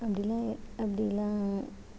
அப்படில்லாம் அப்படியெல்லாம்